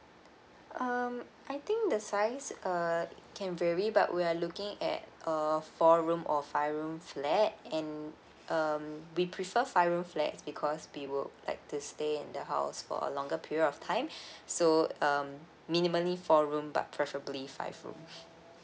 um I think the size err can vary but we're looking at a four room or five room flat and um we prefer five room flat because we would like to stay in the house for a longer period of time so um minimally four room but preferably five room